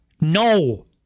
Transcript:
No